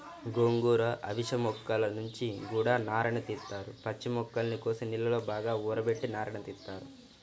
గోంగూర, అవిశ మొక్కల నుంచి గూడా నారని తీత్తారు, పచ్చి మొక్కల్ని కోసి నీళ్ళలో బాగా ఊరబెట్టి నారని తీత్తారు